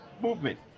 movement